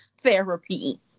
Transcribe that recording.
therapy